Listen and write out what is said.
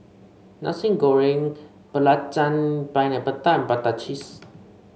Nasi Goreng Belacan Pineapple Tart Prata Cheese